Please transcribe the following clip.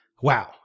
wow